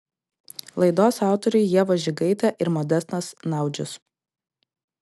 laidos autoriai ieva žigaitė ir modestas naudžius